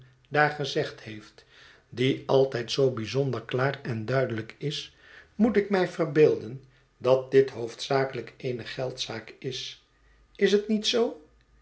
daar gezegd heeft die altijd zoo bijzonder klaar en duidelijk is moet ik mij verbeelden dat dit hoofdzakelijk eene geldzaak is is het niet zoo